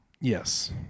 Yes